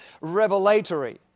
revelatory